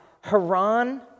Haran